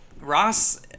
Ross